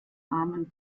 armen